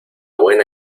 buena